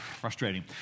frustrating